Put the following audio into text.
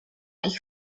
ich